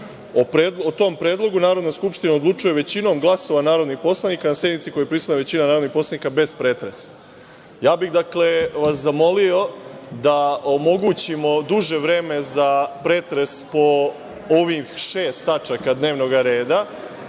O tom predlogu Narodna skupština odlučuje većinom glasova narodnih poslanika na sednici na kojoj je prisutna većina narodnih poslanika bez pretresa. Ja bih, dakle, vas zamolio da omogućimo duže vreme za pretres po ovih šest tačaka dnevnog reda,